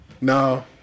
No